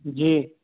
جی